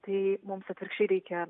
tai mums atvirkščiai reikia